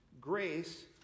grace